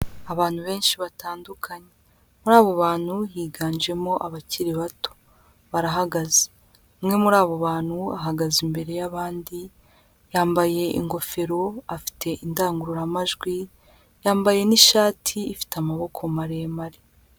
Abantu benshi batandukanye. Muri abo bantu, higanjemo abakiri bato. Barahagaze. Umwe muri abo bantu, ahagaze imbere y'abandi, yambaye ingofero, afite indangururamajwi, yambaye n'ishati ifite amaboko maremare.